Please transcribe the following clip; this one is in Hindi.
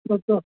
अच्छा